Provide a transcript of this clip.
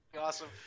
awesome